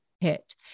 hit